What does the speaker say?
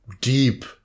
deep